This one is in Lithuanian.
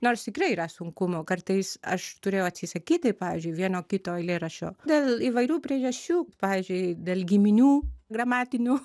nors tikrai yra sunkumų kartais aš turiu atsisakyti pavyzdžiui vieno kito eilėraščio dėl įvairių priežasčių pavyzdžiui dėl giminių gramatinių